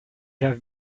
have